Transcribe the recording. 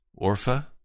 Orpha